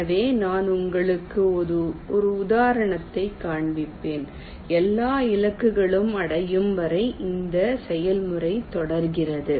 எனவே நான் உங்களுக்கு ஒரு உதாரணத்தைக் காண்பிப்பேன் எல்லா இலக்குகளும் அடையும் வரை இந்த செயல்முறை தொடர்கிறது